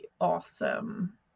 awesome